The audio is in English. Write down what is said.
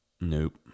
Nope